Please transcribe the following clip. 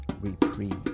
reprieve